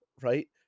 right